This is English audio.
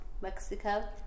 Mexico